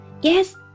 Yes